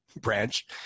branch